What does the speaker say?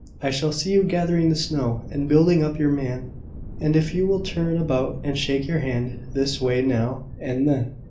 i shall see you gathering the snow, and building up your man and if you will turn about and shake your hand this way now and then,